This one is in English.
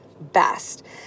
best